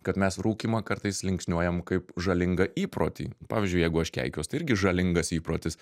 kad mes rūkymą kartais linksniuojam kaip žalingą įprotį pavyzdžiui jeigu aš keikiuos tai irgi žalingas įprotis